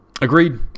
Agreed